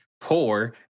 poor